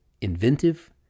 inventive